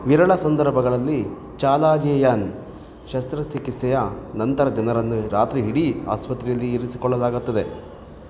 ವಿರಳ ಸಂದರ್ಭಗಳಲ್ಲಿ ಚಾಲಾಜಿಯನ್ ಶಸ್ತ್ರಚಿಕಿತ್ಸೆಯ ನಂತರ ಜನರನ್ನು ರಾತ್ರಿಯಿಡೀ ಆಸ್ಪತ್ರೆಯಲ್ಲಿ ಇರಿಸಿಕೊಳ್ಳಲಾಗುತ್ತದೆ